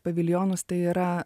paviljonus tai yra